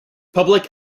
public